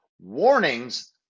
Warnings